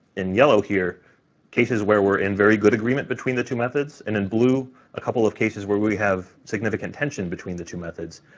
in yellow here cases where we're in very good agreement between the two methods and in blue a couple of cases where we have significant tension between the two methods,